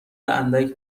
اندک